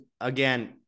again